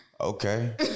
Okay